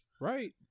Right